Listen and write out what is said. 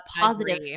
positive